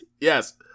Yes